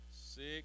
six